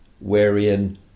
wherein